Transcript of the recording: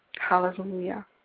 hallelujah